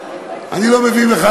אני לא מבין בכלל,